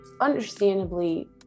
understandably